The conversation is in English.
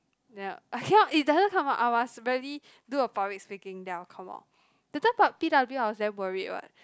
ya I cannot it doesn't come up I must really do a public speaking then I will come out that time P P_W I was damn worried what